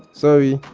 sorry!